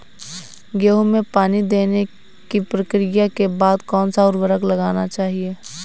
गेहूँ में पानी देने की प्रक्रिया के बाद कौन सा उर्वरक लगाना चाहिए?